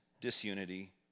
disunity